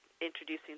introducing